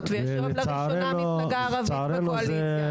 ויש היום לראשונה מפלגה ערבית בקואליציה.